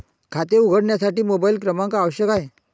खाते उघडण्यासाठी मोबाइल क्रमांक आवश्यक आहे